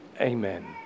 Amen